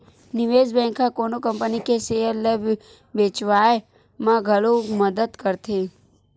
निवेस बेंक ह कोनो कंपनी के सेयर ल बेचवाय म घलो मदद करथे